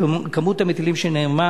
כמות המטילים שנערמה